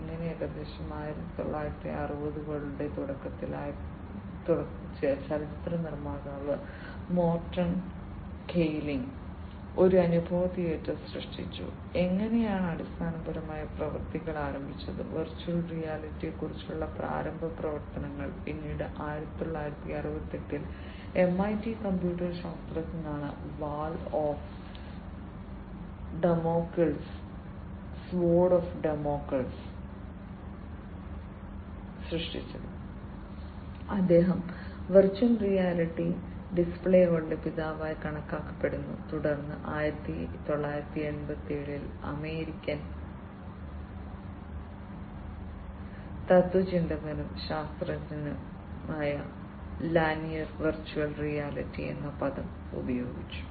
അങ്ങനെ ഏകദേശം 1960 കളുടെ തുടക്കത്തിൽ 1960 കളുടെ തുടക്കത്തിൽ ചലച്ചിത്ര നിർമ്മാതാവ് മോർട്ടൺ ഹെയ്ലിഗ് വെർച്വൽ റിയാലിറ്റി എന്ന പദം ഉപയോഗിച്ചു